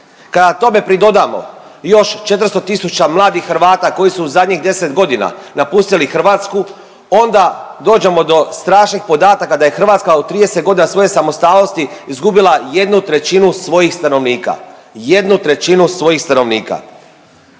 kada tome pridodamo još 400 tisuća mladih Hrvata koji su u zadnjih 10 godina napustili Hrvatsku onda dođemo do strašnih podataka da je Hrvatska u 30 godina svoje samostalnosti izgubila 1/3 svojih stanovnika, 1/3 svojih stanovnika.